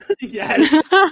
Yes